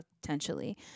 potentially